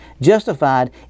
Justified